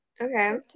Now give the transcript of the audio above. Okay